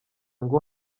ngo